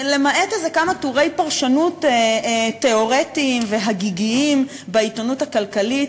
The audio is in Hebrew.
למעט איזה כמה טורי פרשנות תיאורטיים והגיגיים בעיתונות הכלכלית,